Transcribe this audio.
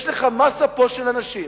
יש לך פה מאסה של אנשים